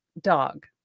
Dog